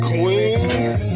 Queens